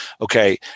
okay